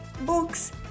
books